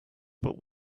but